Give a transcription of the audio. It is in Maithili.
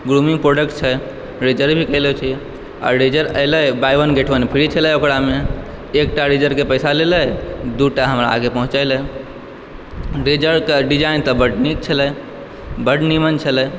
ग्रूमिङ्ग प्रोडक्ट छै रिजर्व भी कयले छी आ रेजर अयलै buy one get one free छलै ओकरामे एकटा रेजर के पैसा लेलै दूटा हमरा आकऽ पहुँचैले रेजर कऽ डिजाइन तऽ बड नीक छलै बड निमन छलै